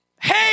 hey